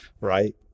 right